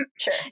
Sure